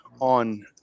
on